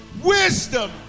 Wisdom